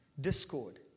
discord